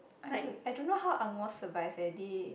I don't I don't know how angmoh survive eh they